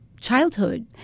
childhood